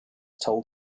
told